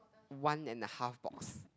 one and a half box